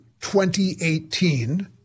2018